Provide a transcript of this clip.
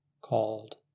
called